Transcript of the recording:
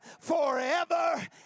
forever